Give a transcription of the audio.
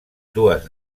dues